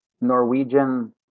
Norwegian